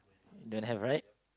don't have right